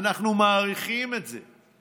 אנחנו מעריכים את זה.